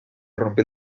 rompes